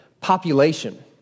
population